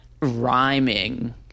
rhyming